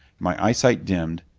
my eyesight dimmed.